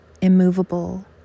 immovable